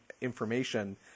information